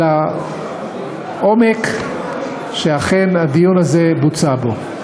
על העומק שאכן הדיון הזה בוצע בו.